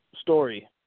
story